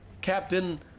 Captain